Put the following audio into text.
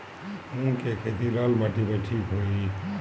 मूंग के खेती लाल माटी मे ठिक होई?